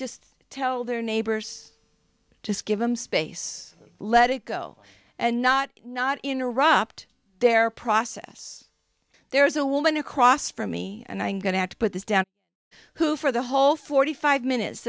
just tell their neighbors to give them space let it go and not not interrupt their process there is a woman across from me and i'm going to have to put this down who for the whole forty five minutes